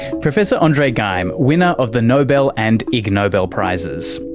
professor andre geim, winner of the nobel and ig nobel prizes.